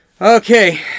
Okay